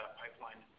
pipeline